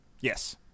Yes